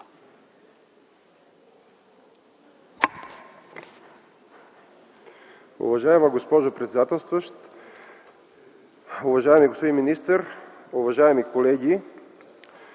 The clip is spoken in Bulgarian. Уважаема госпожо председател, уважаеми господин министър, уважаеми колеги!